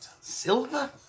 Silver